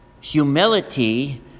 Humility